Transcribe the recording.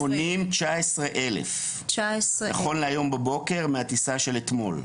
הם מונים 19,000. נכון להבוקר, מהטיסה של אתמול.